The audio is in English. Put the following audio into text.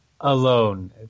alone